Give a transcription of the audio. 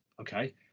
okay